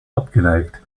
abgeneigt